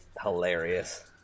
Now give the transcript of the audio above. hilarious